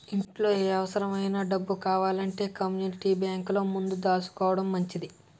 ఇంట్లో ఏ అవుసరమైన డబ్బు కావాలంటే కమ్మూనిటీ బేంకులో ముందు దాసుకోడం మంచిది